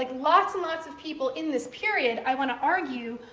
like lots and lots of people in this period, i want to argue,